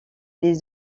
des